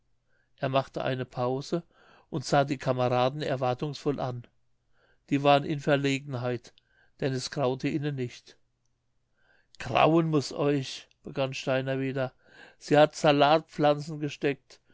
er machte eine pause und sah die kameraden erwartungsvoll an die waren in verlegenheit denn es graute ihnen nicht grauen muß euch begann steiner wieder sie hat salatpflanzen gesteckt